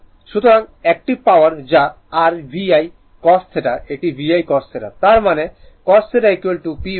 সুতরাং active power যা r VI cos θ এটি VI cos θ তার মানে cos θ pVI